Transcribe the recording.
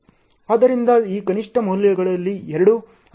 ಆದ್ದರಿಂದ ಈ ಕನಿಷ್ಠ ಮೌಲ್ಯಗಳಲ್ಲಿ 2